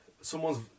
someone's